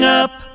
up